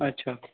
अच्छा